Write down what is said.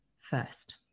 first